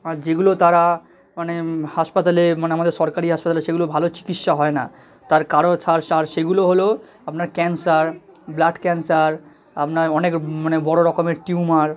আর যেগুলো তারা মানে হাসপাতালে মানে আমাদের সরকারি হাসপাতালে সেগুলো ভালো চিকিৎসা হয় না তার কারও ছাড় সার সেগুলো হলো আপনার ক্যানসার ব্লাড ক্যানসার আপনার অনেক মানে বড় রকমের টিউমার